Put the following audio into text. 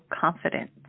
confidence